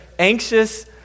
anxious